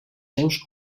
seus